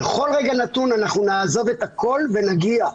בכל רגע נתון אנחנו נעזוב את הכול ונגיע.